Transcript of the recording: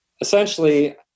essentially